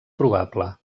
probable